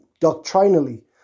doctrinally